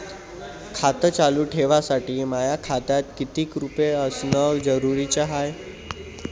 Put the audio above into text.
खातं चालू ठेवासाठी माया खात्यात कितीक रुपये असनं जरुरीच हाय?